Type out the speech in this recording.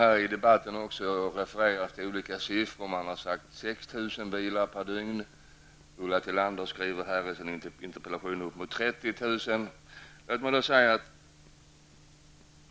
I debatten har det refererats till olika siffror. 6 000 bilar per dygn har nämnts. Ulla Tillander skriver i sin interpellation om 30 000 bilar.